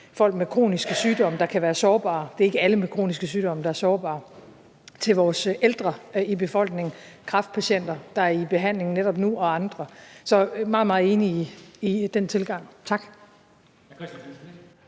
folk med kroniske sygdomme, der kan være sårbare – det er ikke alle med kroniske sygdomme, der er sårbare – til vores ældre i befolkningen, til kræftpatienter, der er i behandling netop nu, og andre. Så jeg er meget, meget enig i den tilgang. Tak.